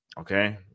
okay